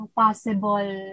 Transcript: possible